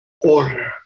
order